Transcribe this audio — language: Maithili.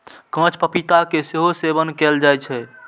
कांच पपीता के सेहो सेवन कैल जाइ छै